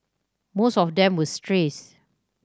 most of them were strays